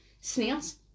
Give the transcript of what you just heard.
Snails